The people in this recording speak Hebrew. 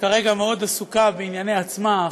שכרגע מאוד עסוקה בענייני עצמה.